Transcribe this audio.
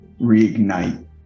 reignite